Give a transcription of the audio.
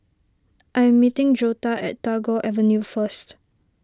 I am meeting Joetta at Tagore Avenue first